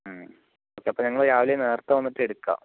മ് അപ്പോൾ ഞങ്ങൾ രാവിലെ നേരത്തെ വന്നിട്ട് എടുക്കാം